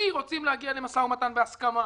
כי רוצים להגיע למשא ומתן בהסכמה,